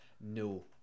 No